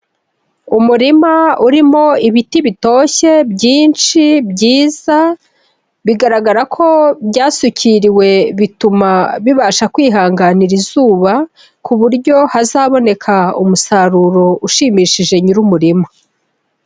Umurima urimo ibiti bitoshye byinshi byiza, bigaragara ko byasukiriwe bituma bibasha kwihanganira izuba ku buryo azaboneka umusaruro ushimishije nyir'umurima.